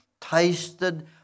tasted